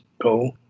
go